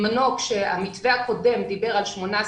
המתווה הקודם דיבר על 18,